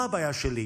מה הבעיה שלי?